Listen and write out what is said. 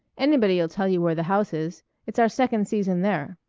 anybody'll tell you where the house is it's our second season there.